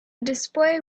display